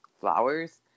flowers